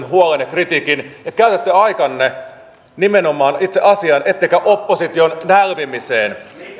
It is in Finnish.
huolen ja kritiikin ja käytätte aikanne nimenomaan itse asiaan ettekä opposition nälvimiseen